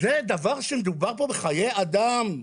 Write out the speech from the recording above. מדובר פה בחיי אדם,